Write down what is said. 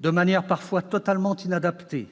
de manière parfois totalement inadaptée ?